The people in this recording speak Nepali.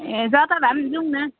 ए जता भए पनि जाउँ न